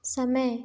समय